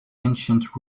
ancient